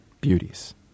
Beauties